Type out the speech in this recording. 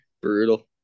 Brutal